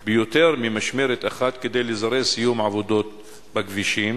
בעבודה ביותר ממשמרת אחת כדי לזרז סיום עבודות בכבישים?